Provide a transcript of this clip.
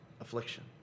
affliction